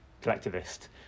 collectivist